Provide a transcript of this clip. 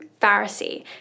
pharisee